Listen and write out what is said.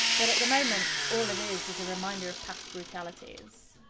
but at the moment, all it is is a reminder of past brutalities,